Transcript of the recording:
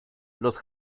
los